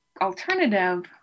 alternative